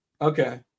Okay